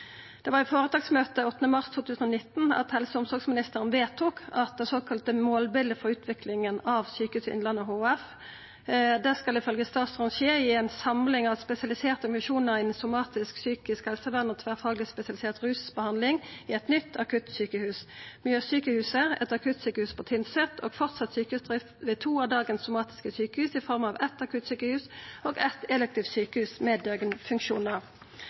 Det var i føretaksmøtet 8. mars 2019 helse- og omsorgsministeren vedtok det såkalla målbildet for utviklinga av Sjukehuset Innlandet HF. Det skal ifølgje statsråden skje ei samling av spesialiserte funksjonar innan somatikk, psykisk helsevern og tverrfagleg spesialisert rusbehandling i eit nytt akuttsjukehus, Mjøssjukehuset, eit akuttsjukehus på Tynset og framleis sjukehusdrift ved to av dagens somatiske sjukehus i form av eitt akuttsjukehus og eitt elektivt sjukehus med